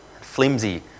flimsy